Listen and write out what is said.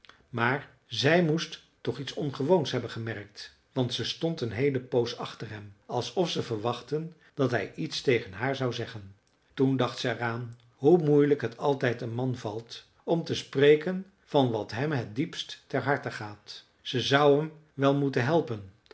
maar zij moest toch iets ongewoons hebben gemerkt want ze stond een heele poos achter hem alsof ze verwachtte dat hij iets tegen haar zou zeggen toen dacht ze er aan hoe moeielijk het altijd een man valt om te spreken van wat hem het diepst ter harte gaat ze zou hem wel moeten helpen